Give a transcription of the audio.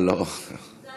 הוא בא